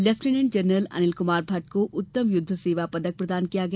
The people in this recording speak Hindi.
लेफ्टिनेंट जनरल अनिल क्मार भट्ट को उत्तम युद्ध सेवा पदक प्रदान किया गया